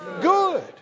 good